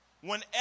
Whenever